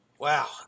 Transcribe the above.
Wow